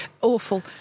Awful